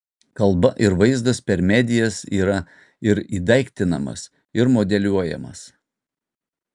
kalba ir vaizdas per medijas yra ir įdaiktinamas ir modeliuojamas